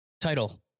title